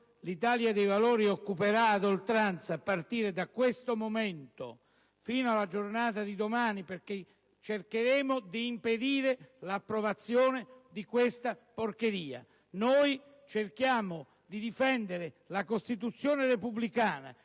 l'Italia dei Valori occuperà ad oltranza, a partire da questo momento e fino alla giornata di domani, l'Aula del Senato. Cercheremo di impedire l'approvazione di questa porcheria! Noi cerchiamo di difendere la Costituzione repubblicana,